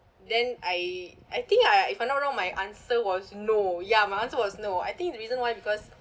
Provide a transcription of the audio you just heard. then I I think I if I'm not wrong my answer was no ya my answer was no I think the reason why because